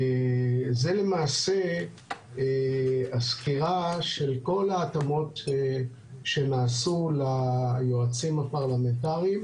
זו למעשה הסקירה של כל ההתאמות שנעשו ליועצים הפרלמנטריים,